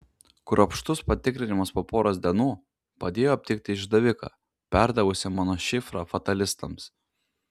kruopštus patikrinimas po poros dienų padėjo aptikti išdaviką perdavusi mano šifrą fatalistams